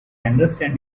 understand